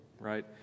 right